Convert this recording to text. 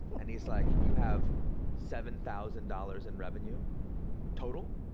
and he's like, you have seven thousand dollars in revenue total.